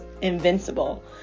invincible